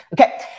Okay